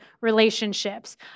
relationships